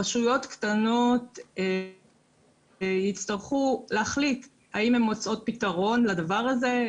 רשויות קטנות יצטרכו להחליט האם הן מוצאות פתרון לדבר הזה,